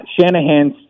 Shanahan's